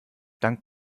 dank